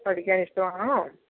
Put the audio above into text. പഠിക്കാൻ ഇഷ്ടമാണോ